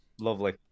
lovely